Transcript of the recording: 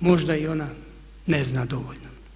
možda i ona ne zna dovoljno.